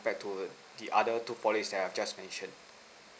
compare to the other two polys that I have just mentioned